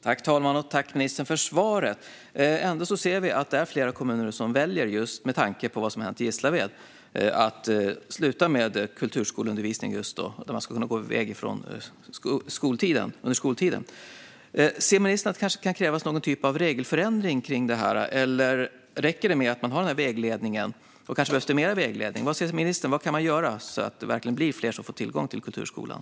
Fru talman! Tack, ministern, för svaret! Med tanke på vad som har hänt i Gislaved ser vi ändå att det är flera kommuner som väljer att sluta med kulturskoleundervisning som innebär att man kan gå iväg under skoltiden. Ser ministern att det kan krävas någon typ av regelförändring kring det här, eller räcker den här vägledningen? Kanske behövs det mer vägledning? Vad säger ministern? Vad man kan göra så att det verkligen blir fler som får tillgång till kulturskolan?